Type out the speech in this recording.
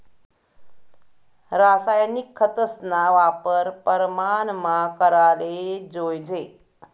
रासायनिक खतस्ना वापर परमानमा कराले जोयजे